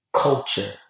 Culture